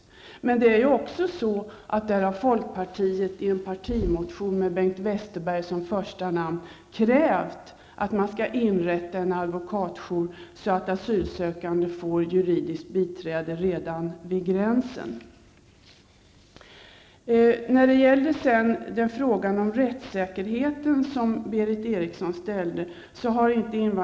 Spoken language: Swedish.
Även där har folkpartiet, i en partimotion med Bengt Westerberg som första namn, krävt att man skall inrätta en advokatjour så att asylsökande får juridiskt biträde redan vid gränsen. Invandrarministern har inte heller svarat på frågan om rättssäkerheten som Berith Eriksson ställde.